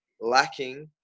lacking